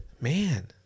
man